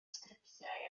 sgriptiau